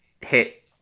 hit